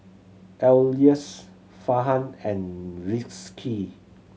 Elyas Farhan and Rizqi